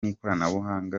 ikoranabuhanga